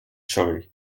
joy